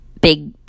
big